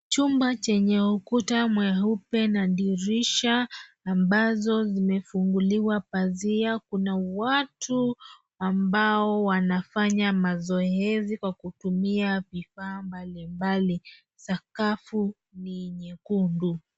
Chumba chenye ukuta mweupe na dirisha ambazo zimefunguliwa pazia, kuna watu ambao wanafanya mazoezi kwa kutumia vifaa mbalimbali. sakafu ni nyekundu.